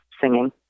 singing